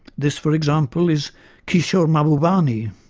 this, for example, is kishore mahbubani,